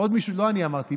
לא אני אמרתי,